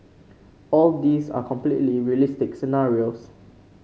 all these are completely realistic scenarios